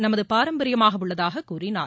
நமது பாரம்பரியமாக உள்ளதாகக் கூறினார்